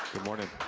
morning.